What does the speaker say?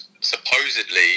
supposedly